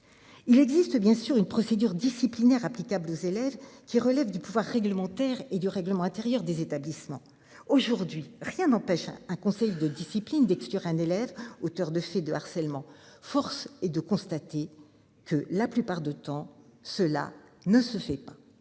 Il existe bien sûr une procédure disciplinaire applicable aux élèves qui relève du pouvoir réglementaire et du règlement intérieur des établissements. Aujourd'hui, rien n'empêche un conseil de discipline d'exclure un élève auteur de faits de harcèlement, force est de constater que la plupart de temps, cela ne se fait pas.